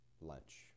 lunch